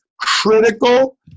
critical